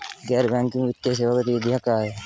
गैर बैंकिंग वित्तीय सेवा गतिविधियाँ क्या हैं?